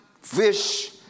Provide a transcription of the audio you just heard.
fish